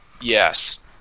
Yes